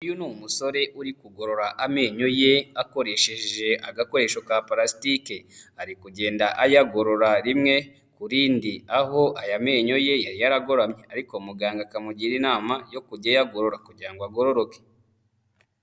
Uyu ni umusore uri kugorora amenyo ye akoresheje agakoresho ka purastike. Ari kugenda ayagorora rimwe kuri rindi, aho aya menyo ye yari yaragoramye. Ariko muganga akamugira inama yo kujya ayagorora, kugira ngo agororoke.